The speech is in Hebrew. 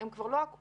הם כבר לא אקוטיים.